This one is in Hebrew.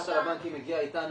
--- המפקחת על הבנקים הגיעה איתנו,